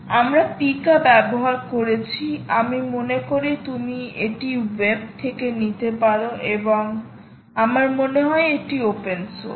আমরা PIKA ব্যবহার করেছি আমি মনে করি তুমি এটি ওয়েব থেকে নিতে পারো এবং আমার মনে হয় এটি ওপেনসোর্স